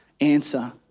answer